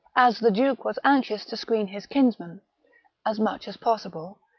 as the duke was anxious to screen his kinsman as much as possible,